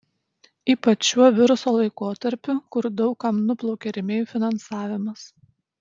ypač šiuo viruso laikotarpiu kur daug kam nuplaukė rėmėjų finansavimas